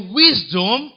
wisdom